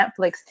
Netflix